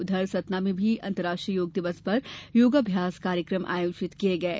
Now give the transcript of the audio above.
उधर सतना में भी अंतर्राष्ट्रीय योग दिवस पर योगाभ्यास कार्यक्रम आयोजित किये गये